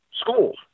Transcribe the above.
schools